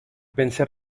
pensé